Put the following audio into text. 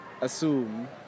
assume